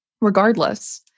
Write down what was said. Regardless